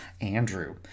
Andrew